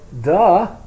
duh